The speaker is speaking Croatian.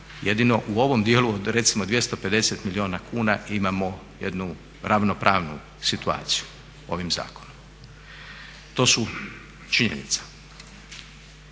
jedino u ovom dijelu od recimo 250 milijuna kuna imamo jednu ravnopravnu situaciju ovim zakonom. To su činjenice.